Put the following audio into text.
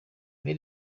muri